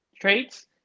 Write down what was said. traits